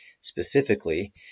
specifically